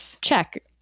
check